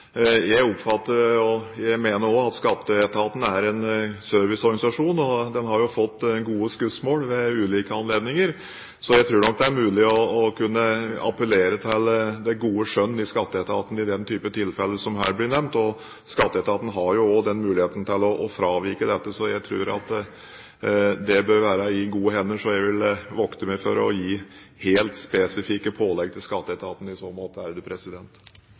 jeg mener også at Skatteetaten er en serviceorganisasjon. Den har jo fått gode skussmål ved ulike anledninger, så jeg tror nok at det er mulig å kunne appellere til det gode skjønn i Skatteetaten i den type tilfelle som her ble nevnt. Skatteetaten har jo også mulighet til å fravike dette, så jeg tror at det bør være i gode hender. Jeg vil derfor vokte meg for å gi helt spesifikke pålegg til Skatteetaten i så måte.